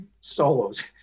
solos